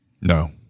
No